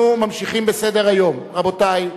אנחנו ממשיכים בסדר-היום, רבותי.